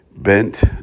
bent